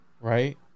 right